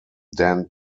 dan